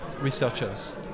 researchers